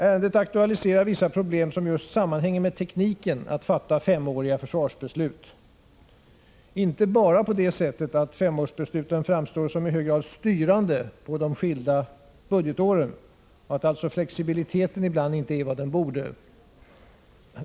Ärendet aktualiserar vissa problem som just sammanhänger med tekniken att fatta femåriga försvarsbeslut, och då inte bara på det sättet att femårsbesluten framstår som i hög grad styrande på de skilda budgetåren och att alltså flexibiliteten ibland inte är vad den borde.